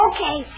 Okay